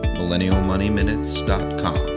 millennialmoneyminutes.com